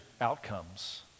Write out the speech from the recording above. outcomes